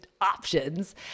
options